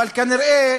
אבל כנראה